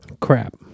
crap